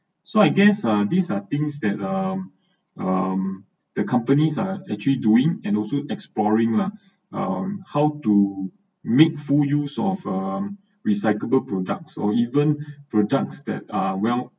so I guess uh these are things that um um the companies are actually doing and also exploring lah on how to make full use of recyclable products or even products that are well